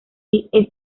impar